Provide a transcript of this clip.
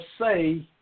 say